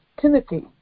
Timothy